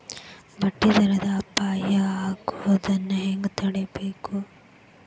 ಬಡ್ಡಿ ದರದ್ ಅಪಾಯಾ ಆಗೊದನ್ನ ಹೆಂಗ್ ತಡೇಬಕು?